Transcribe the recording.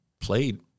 played